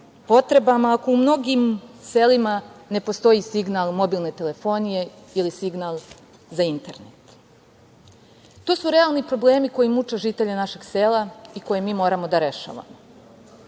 potrebama, ako u mnogim selima ne postoji signal mobilne telefonije ili signal za internet? To su realni problemi koji muče žitelje našeg sela i koje mi moramo da rešavamo. Tokom